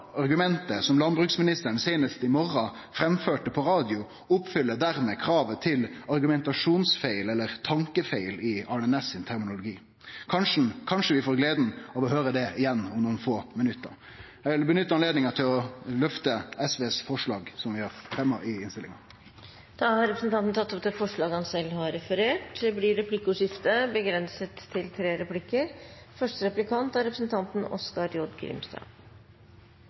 argumentet som landbruksministeren seinast i dag morgon framførte på radio, oppfyller dermed kravet til argumentasjonsfeil eller tankefeil i Arne Næss sin terminologi. Kanskje får vi gleda av å høyre det igjen om nokre få minutt. Eg vil nytte anledninga til å løfte SVs forslag som vi har fremja i innstillinga. Representanten Torgeir Knag Fylkesnes har tatt opp det forslaget han refererte til. Det blir replikkordskifte.